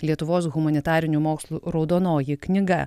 lietuvos humanitarinių mokslų raudonoji knyga